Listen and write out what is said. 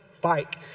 bike